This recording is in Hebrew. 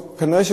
כנראה,